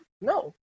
No